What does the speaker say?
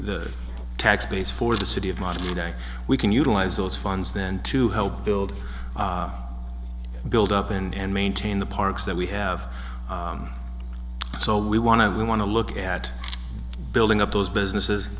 the tax base for the city of modern day we can utilize those funds then to help build and build up and maintain the parks that we have so we want to we want to look at building up those businesses